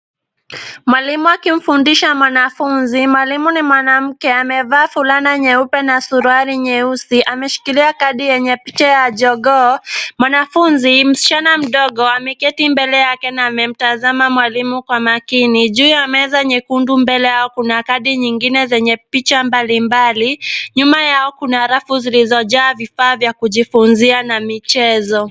Mwalimu akimfundisha mwanafunzi. Mwalimu ni mwanamke. Amevaa fulana nyeupe na suruari nyeusi ameshikilia kadi yenye picha ya jogoo. Mwanafunzi, mschana mdogo, ameketi mbele yake na amemtazama mwalimu kwa makini. Juu ya meza nyekundu mbele yao kuna kadi nyingine zenye picha mbalimbali. Nyuma yao kuna rafu zilizojaa vifaa vya kujifunzia na michezo.